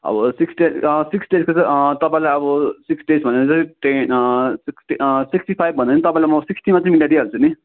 अब सिक्स डेस सिक्स डेसको चाहिँ तपाईँलाई अब सिक्स डेस भनेर चाहिँ त्यही सिक्स्टी सिक्स्टी फाइभ भने नि म तपाईँलाई त सिक्स्टीमा चाहिँ मिलाइदिहाल्छु नि